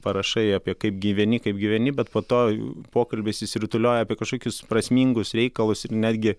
parašai apie kaip gyveni kaip gyveni bet po to pokalbis išsirutulioja apie kažkokius prasmingus reikalus ir netgi